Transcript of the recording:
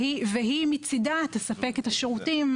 והיא מצידה תספק את השירותים,